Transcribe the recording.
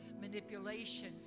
manipulation